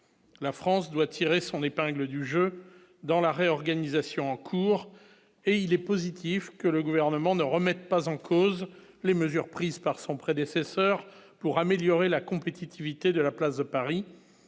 la France doit tirer son épingle du jeu dans la réorganisation en cours et il est positif que le gouvernement ne remettent pas en cause les mesures prises par son prédécesseur pour améliorer la compétitivité de la place de Paris